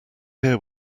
here